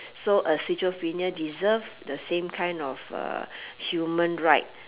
so a schizophrenia deserve the same kind of uh human right